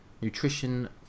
nutrition